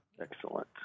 Excellent